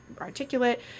articulate